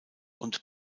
und